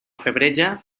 febreja